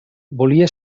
volia